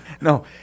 No